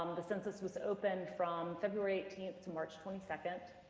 um the census was opened from february eighteenth to march twenty second,